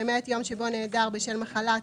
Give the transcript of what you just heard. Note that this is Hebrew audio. למעט יום שבו נעדר בשל מחלה,